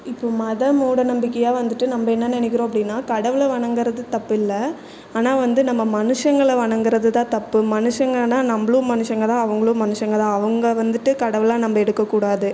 இப்போ மத மூட நம்பிக்கையாக வந்துவிட்டு நம்ம என்ன நினைக்கிறோம் அப்படினா கடவுளை வணங்குறது தப்பில்லை ஆனால் வந்து நம்ம மனுஷங்களை வணங்குறது தான் தப்பு மனுஷங்கன்னா நம்மளும் மனுஷங்க தான் அவங்களும் மனுஷங்க தான் அவங்க வந்துவிட்டு கடவுளாக நம்ப எடுக்க கூடாது